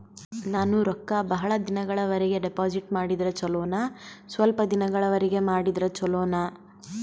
ನಾನು ರೊಕ್ಕ ಬಹಳ ದಿನಗಳವರೆಗೆ ಡಿಪಾಜಿಟ್ ಮಾಡಿದ್ರ ಚೊಲೋನ ಸ್ವಲ್ಪ ದಿನಗಳವರೆಗೆ ಮಾಡಿದ್ರಾ ಚೊಲೋನ?